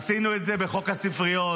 עשינו את זה בחוק הספריות,